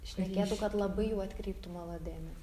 šnekėtų kad labai jau atkreiptų mano dėmesį